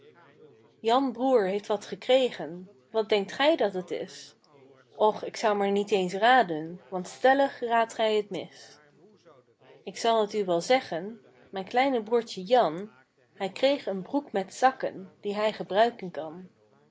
jan broer heeft wat gekregen wat denkt gij dat het is och k zou maar niet eens raden want stellig raadt gij mis ik zal het u wel zeggen mijn kleine broertje jan hij kreeg een broek met zakken die hij gebruiken kan